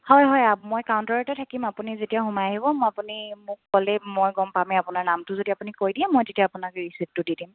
হয় হয় মই কাউণ্টাৰতে থাকিম আপুনি যেতিয়া সোমাই আহিব মই আপুনি মোক ক'লেই মই গম পামেই আপোনাৰ নামটো যদি আপুনি কৈ দিয়ে মই তেতিয়া আপোনাকে ৰিচিপ্টটো দি দিম